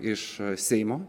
iš seimo